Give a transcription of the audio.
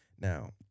now